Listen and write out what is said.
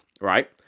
right